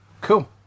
Cool